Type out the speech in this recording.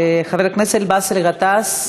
חבר הכנסת באסל גטאס,